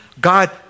God